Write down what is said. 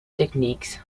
techniques